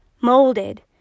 molded